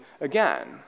again